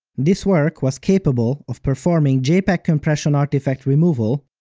this work was capable of performing jpeg compression artifact removal,